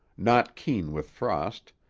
not keen with frost,